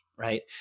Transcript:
right